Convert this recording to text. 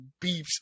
beeps